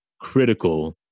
critical